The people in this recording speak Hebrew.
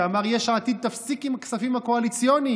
שאמר: יש עתיד תפסיק עם הכספים הקואליציוניים.